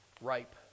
ripe